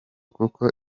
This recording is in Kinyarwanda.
kuko